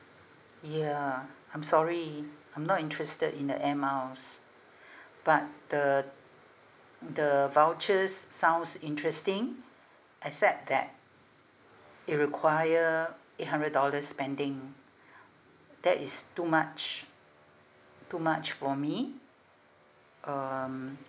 yeah I'm sorry I'm not interested in the air miles but the the vouchers sounds interesting except that it require eight hundred dollars spending that is too much too much for me um